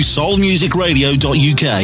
soulmusicradio.uk